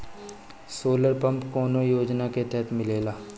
Solar pump कौने योजना के तहत मिलेला?